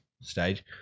stage